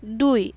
দুই